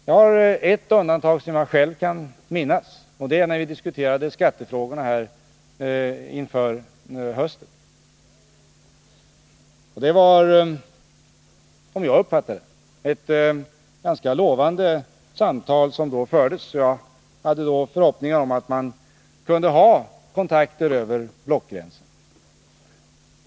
Det finns ett undantag, som jag själv kan minnas, nämligen när vi diskuterade skattefrågorna här inför hösten. Det var, som jag uppfattade det, ett ganska lovande samtal som då fördes, och jag hade då förhoppningar om att vi skulle kunna ha kontakter över blockgränserna.